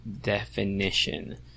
Definition